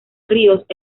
ríos